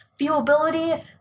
Viewability